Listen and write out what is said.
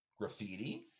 graffiti